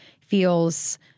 feels